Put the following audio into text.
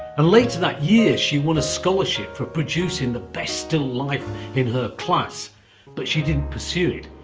later that year, she won a scholarship for producing the best still life in her class but she didn't pursue it,